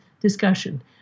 discussion